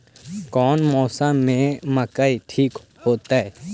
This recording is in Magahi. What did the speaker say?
कौन मौसम में मकई ठिक होतइ?